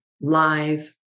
live